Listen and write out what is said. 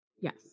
yes